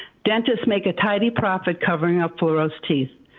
dentists make a tidy profit covering up fluorose teeth.